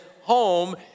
home